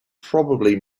probably